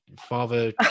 Father